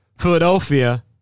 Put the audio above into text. Philadelphia